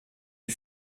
eut